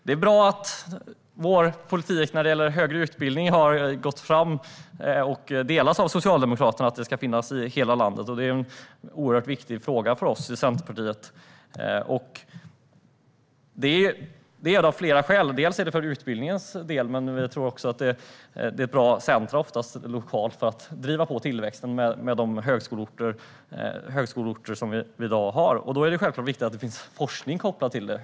Det är bra att vår politik när det gäller högre utbildning har gått fram och att det delas av Socialdemokraterna att det ska finnas i hela landet. Det är en oerhört viktig fråga för oss i Centerpartiet. Det är det av flera skäl. Det är det för utbildningens del. De högskoleorter vi i dag har är oftast också bra centrum lokalt för att driva på tillväxten. Då är det självklart viktigt att det finns forskning kopplat till det.